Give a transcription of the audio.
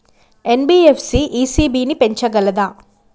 NBFC ECB ని పెంచగలదా?